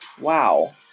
Wow